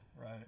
right